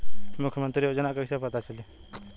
मुख्यमंत्री योजना कइसे पता चली?